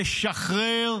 לשחרר,